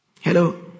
Hello